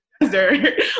Desert